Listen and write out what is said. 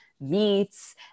meats